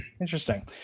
interesting